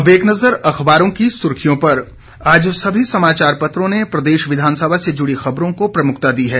अब एक नजर अखबारों की सुर्खियों पर आज सभी समाचार पत्रों ने प्रदेश विधानसभा से जुड़ी खबरों को प्रमुखता दी है